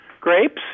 grapes